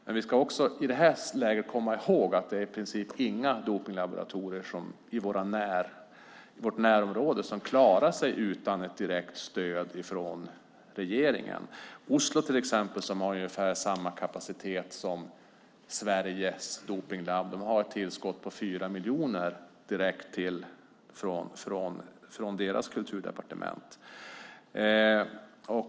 Men vi ska i detta läge också komma ihåg att det i princip inte är några dopningslaboratorier i vårt närområde som klarar sig utan ett direkt stöd från regeringen. Laboratoriet i Oslo, som har ungefär samma kapacitet som Sveriges dopningslabb, har ett tillskott på 4 miljoner direkt från deras kulturdepartement.